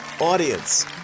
Audience